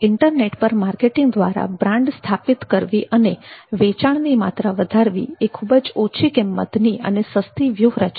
internet પર marketing દ્વારા brand સ્થાપિત કરવી અને વેચાણની માત્રા વધારવી એ ખૂબ જ ઓછી કિંમતની અને સસ્તી વ્યૂહરચના છે